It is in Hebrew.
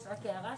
הערה,